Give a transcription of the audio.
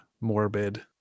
morbid